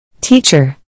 Teacher